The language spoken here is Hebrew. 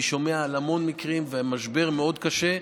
אני שומע על המון מקרים והמשבר מאוד קשה,